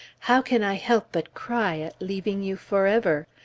how can i help but cry at leaving you forever?